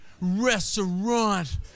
restaurant